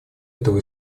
этого